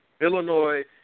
Illinois